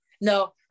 no